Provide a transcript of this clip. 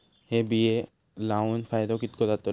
हे बिये लाऊन फायदो कितको जातलो?